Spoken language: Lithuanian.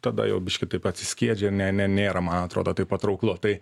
tada jau biškį taip atsiskiedžia ne ne nėra man atrodo taip patrauklu tai